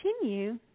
continue